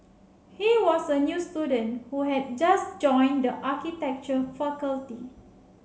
he was a new student who had just joined the architecture faculty